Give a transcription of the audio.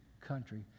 country